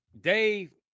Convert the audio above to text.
Dave